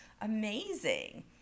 amazing